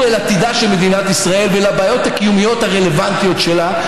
לעתידה של מדינת ישראל ולבעיות הקיומיות הרלוונטיות שלה,